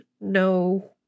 no